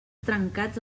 trencats